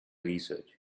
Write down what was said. research